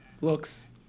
looks